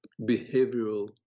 behavioral